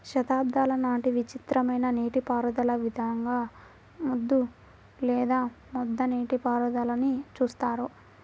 శతాబ్దాల నాటి విచిత్రమైన నీటిపారుదల విధానంగా ముద్దు లేదా ముద్ద నీటిపారుదలని చూస్తారు